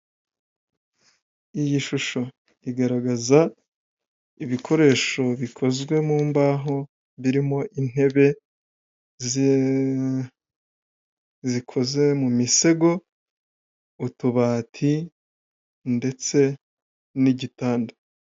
Iyi shusho igaragaza ibikoresho bikozwe mu mbaho birimo intebe zikoze mu misego, utubati ndetse n'igitanda.